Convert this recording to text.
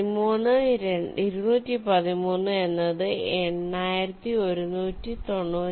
13 213 എന്നത് 8196 92 ആണ്